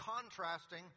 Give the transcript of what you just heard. contrasting